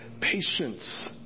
patience